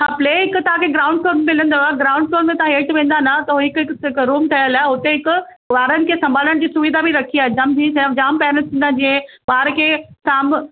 हा प्ले हिकु तव्हांखे ग्राउंड फ्लोर ते मिलंदव ग्राउंड फ्लोर में तव्हां हेठि वेंदा न त हिकु हिकु रूम ठहियलु आहे हुते हिकु ॿारनि खे संभालण जी सुविधा बि रखी आहे जामु जी जामु पेंरेंट्स ईंदा जंहिं ॿार खे सांभ